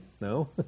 No